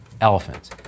elephants